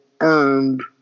earned